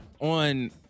On